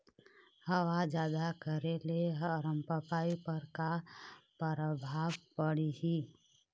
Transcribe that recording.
हवा जादा करे ले अरमपपई पर का परभाव पड़िही?